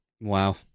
Wow